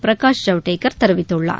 பிரகாஷ் ஜவ்டேன் தெரிவித்துள்ளார்